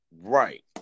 Right